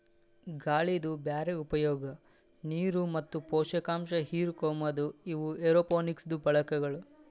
ಗಾಳಿದು ಬ್ಯಾರೆ ಉಪಯೋಗ, ನೀರು ಮತ್ತ ಪೋಷಕಾಂಶ ಹಿರುಕೋಮದು ಇವು ಏರೋಪೋನಿಕ್ಸದು ಬಳಕೆಗಳು